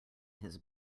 his